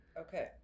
okay